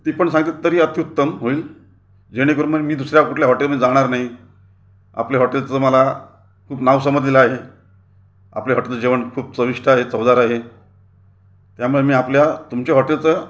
ती पण सांगितलंत तरी अति उत्तम होईल जेणेकरून म्हणजे मी दुसऱ्या कुठल्या हॉटेलमध्ये जाणार नाही आपल्या हॉटेलचं मला खूप नाव समजलेलं आहे आपल्या हॉटेल जेवण खूप चविष्ट आहे चवदार आहे त्यामुळे मी आपल्या तुमच्या हॉटेलचं